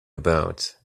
about